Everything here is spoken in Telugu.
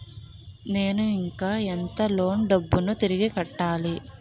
నేను ఇంకా ఎంత లోన్ డబ్బును తిరిగి కట్టాలి?